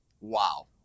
wow